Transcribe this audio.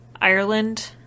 Ireland